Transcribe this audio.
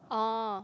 orh